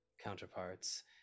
counterparts